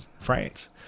France